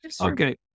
Okay